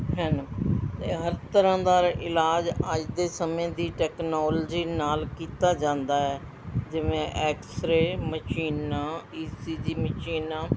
ਹਨ ਹਰ ਤਰ੍ਹਾਂ ਦਾ ਇਲਾਜ ਅੱਜ ਦੇ ਸਮੇਂ ਦੀ ਟੈਕਨੋਲਜੀ ਨਾਲ ਕੀਤਾ ਜਾਂਦਾ ਹੈ ਜਿਵੇਂ ਐਕਸਰੇ ਮਸ਼ੀਨਾਂ ਈ ਸੀ ਜੀ ਮਸ਼ੀਨਾਂ